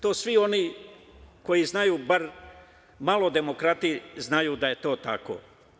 To svi oni koji znaju bar malo o demokratiji znaju da je to tako.